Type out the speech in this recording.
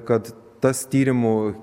kad tas tyrimų